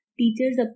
teachers